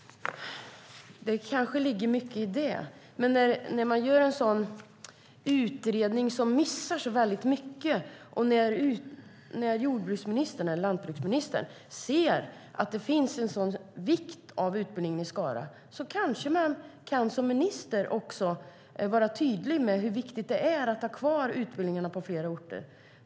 Det kanske ligger en del i det. Men när det görs en utredning som missar så mycket och när landsbygdsministern ser att utbildningen i Skara är av sådan vikt kanske ministern skulle kunna vara tydlig med hur viktigt det är att ha kvar utbildningen på flera orter.